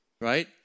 right